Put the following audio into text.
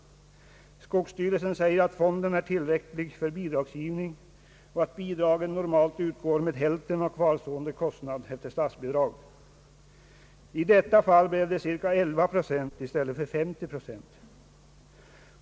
bidragsgivning till skogsbilvägar relsen säger att fonden är tillräcklig för bidragsgivning och att bidragen normalt utgår med hälften av kvarstående kostnad efter statsbidrag. I detta fall blev det ca 11 procent i stället för 50 procent.